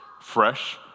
fresh